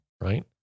right